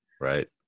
Right